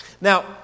Now